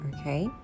okay